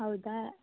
ಹೌದಾ